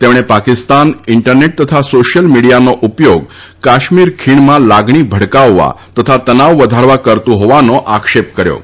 તેમણે પાકિસ્તાન ઇન્ટરનેટ તથા સોશિયલ મિડિયાનો ઉપયોગ કાશ્મીર ખીણમાં લાગણી ભડકાવવા તથા તનાવ વધારવા કરતું હોવાનો આક્ષેપ કર્યો હતો